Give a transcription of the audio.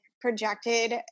projected